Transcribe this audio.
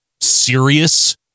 serious